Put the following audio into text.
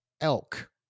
elk